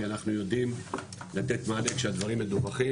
כי אנחנו יודעים לתת מענה כשהדברים מדווחים